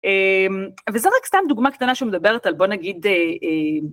וזה רק סתם דוגמא קטנה שמדברת על בוא נגיד.